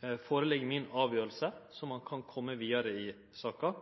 ein kan kome vidare i saka.